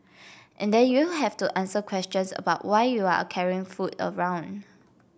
and then you have to answer questions about why you are carrying food around